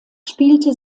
spielte